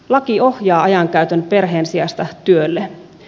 laki ohjaa ajankäytön perheen sijasta työlle